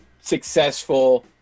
successful